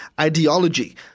ideology